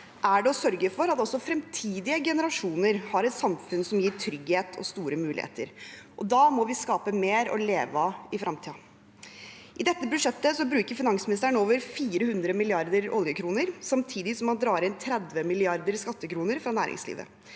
er det å sørge for at også fremtidige generasjoner har et samfunn som gir trygghet og store muligheter. Da må vi skape mer å leve av i fremtiden. I dette budsjettet bruker finansministeren over 400 mrd. oljekroner samtidig som han drar inn 30 mrd. skattekroner fra næringslivet.